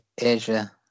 Asia